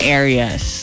areas